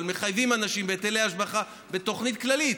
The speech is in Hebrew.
אבל מחייבים אנשים בהיטלי השבחה בתוכנית כללית,